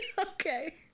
Okay